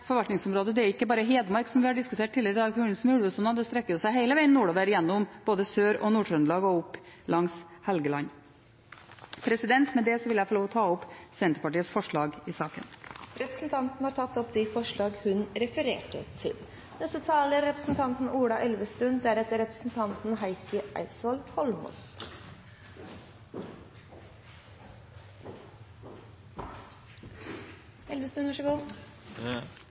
strekker seg jo hele veien nordover, gjennom både Sør- og Nord-Trøndelag og opp langs Helgeland. Med det vil jeg ta opp de forslag i saken som Senterpartiet har alene eller sammen med andre. Representanten Marit Arnstad har tatt opp de forslagene hun refererte til. Jeg vil først si at det er